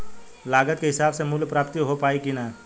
लागत के हिसाब से मूल्य प्राप्त हो पायी की ना?